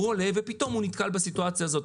הוא עולה ופתאום הוא נתקל בסיטואציה הזאת.